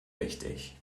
wichtig